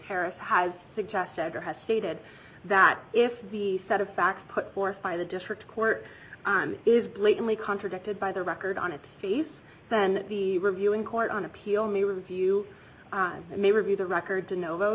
harris has suggested or has stated that if the set of facts put forth by the district court is blatantly contradicted by the record on its face then the reviewing court on appeal me review and they review the record to know